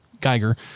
Geiger